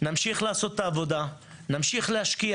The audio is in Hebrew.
נמשיך לעשות את העבודה, נמשיך להשקיע